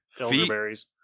elderberries